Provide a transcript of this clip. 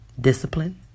discipline